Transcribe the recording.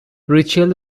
ریچل